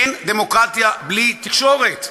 אין דמוקרטיה בלי תקשורת.